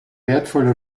wertvolle